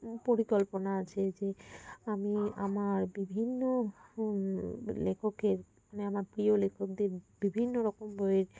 পরিকল্পনা আছে যে আমি আমার বিভিন্ন লেখকের মানে আমার প্রিয় লেখকদের বিভিন্ন রকম বইয়ের